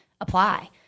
apply